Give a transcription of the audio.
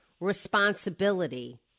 responsibility